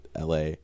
LA